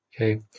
Okay